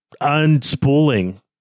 unspooling